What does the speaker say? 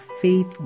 faith